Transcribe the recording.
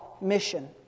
mission